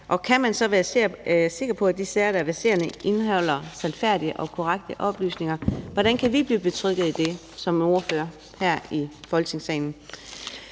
Og kan man så være sikker på, at de sager, der er verserende, indeholder sandfærdige og korrekte oplysninger? Hvordan kan vi blive betrygget i det som ordførere her i Folketingssalen?